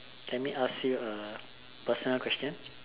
let me as you a personal question